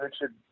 Richard